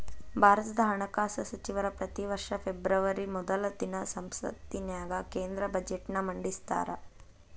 ಭಾರತದ ಹಣಕಾಸ ಸಚಿವರ ಪ್ರತಿ ವರ್ಷ ಫೆಬ್ರವರಿ ಮೊದಲ ದಿನ ಸಂಸತ್ತಿನ್ಯಾಗ ಕೇಂದ್ರ ಬಜೆಟ್ನ ಮಂಡಿಸ್ತಾರ